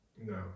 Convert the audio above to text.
No